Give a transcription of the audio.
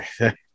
okay